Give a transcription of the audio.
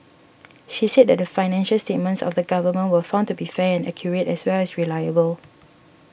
she said that the financial statements of the Government were found to be fair and accurate as well as reliable